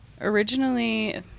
originally